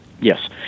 Yes